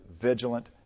vigilant